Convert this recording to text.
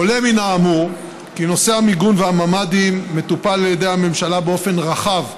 עולה מן האמור כי נושא המיגון והממ"דים מטופל על ידי הממשלה באופן רחב.